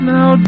Now